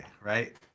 right